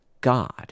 God